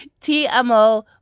TMO